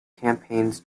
campaigns